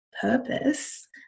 purpose